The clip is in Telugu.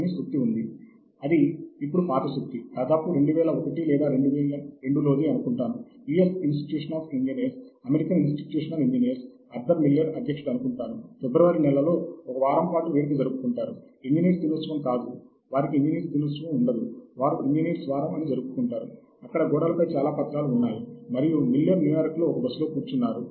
అందువల్ల ఓపెన్ యాక్సెస్ లో ఇది బహిరంగంగా ఉంటుంది శాస్త్ర సంబంధమైనవి అందుబాటులో ఉన్న పురాతన సమాచారం చాలా పరిమితం